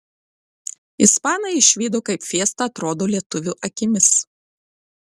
ispanai išvydo kaip fiesta atrodo lietuvių akimis